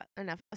enough